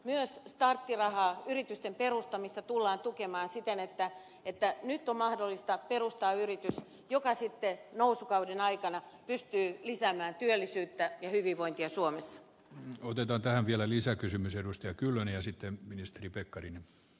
myös starttirahaa yritysten perustamiseen tullaan tukemaan siten että nyt on mahdollista perustaa yritys joka sitten nousukauden aikana pystyy lisäämään työllisyyttä ja hyvinvointia suomessa otetaan tähän vielä lisäkysymys edustaa kyllä ne sitten ministeri pekkarinen